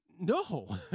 No